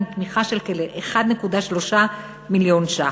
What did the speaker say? עם תמיכה של כ-1.3 מיליון שקלים.